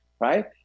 right